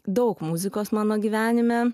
daug muzikos mano gyvenime